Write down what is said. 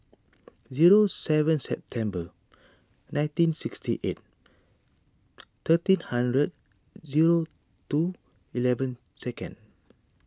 zero seven September nineteen sixty eight thirteen hundred zero two eleven seconds